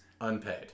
Unpaid